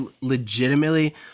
legitimately